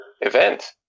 event